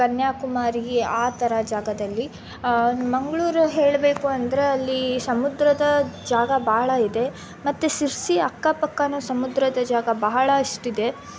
ಕನ್ಯಾಕುಮಾರಿ ಆ ಥರ ಜಾಗದಲ್ಲಿ ಮಂಗಳೂರು ಹೇಳಬೇಕು ಅಂದರೆ ಅಲ್ಲಿ ಸಮುದ್ರದ ಜಾಗ ಬಹಳ ಇದೆ ಮತ್ತು ಶಿರಸಿ ಅಕ್ಕಪಕ್ಕವೂ ಸಮುದ್ರದ ಜಾಗ ಬಹಳಷ್ಟಿದೆ